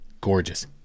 gorgeous